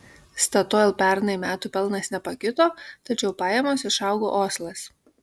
statoil pernai metų pelnas nepakito tačiau pajamos išaugo oslas